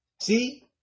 See